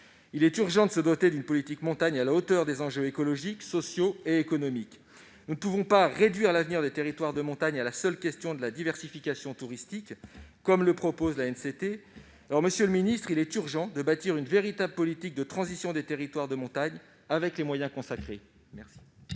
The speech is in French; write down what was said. Il est urgent que nous nous dotions d'une politique de la montagne à la hauteur des enjeux écologiques, sociaux et économiques. Nous ne pouvons pas réduire l'avenir des territoires de montagne à la seule question de la diversification touristique, comme le propose l'ANCT. Monsieur le secrétaire d'État, il est urgent de bâtir une véritable politique de transition des territoires de montagne avec les moyens consacrés. La